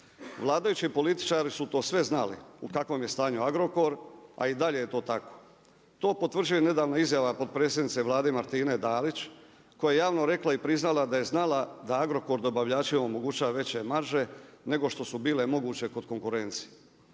Vladajući političari su to sve znali, u kakvom je stanju Agrokor, a i dalje je to tako. To potvrđuje nedavna izjava potpredsjednice Vlade, Martine Dalić, koja je javno rekla i priznala da je znala da Agrokor dobavljačima, omogućuje veće marže, nego što su bile moguće kod konkurencije.